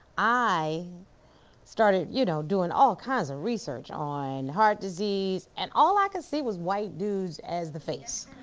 i started you know doing all kinds of research on heart disease and all i can see was white dudes as the face.